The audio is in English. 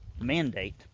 mandate